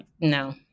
No